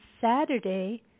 Saturday